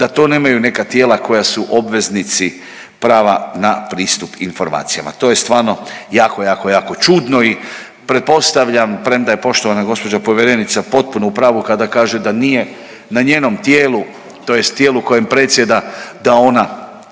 da to nemaju neka tijela koja su obveznici prava na pristup informacijama. To je stvarno jako, jako, jako čudno i pretpostavljam, premda je poštovana gospođa povjerenica potpuno u pravu kada kaže da nije na njenom tijelu tj. tijelu kojem predsjeda da ona